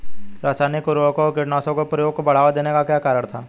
रासायनिक उर्वरकों व कीटनाशकों के प्रयोग को बढ़ावा देने का क्या कारण था?